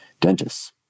dentists